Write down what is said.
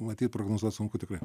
matyt prognozuot sunku tikrai